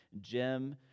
Jim